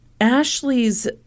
Ashley's